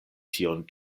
tion